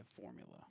formula